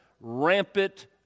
rampant